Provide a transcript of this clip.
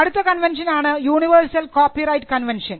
അടുത്ത കൺവെൻഷൻ ആണ് Universal Copyright convention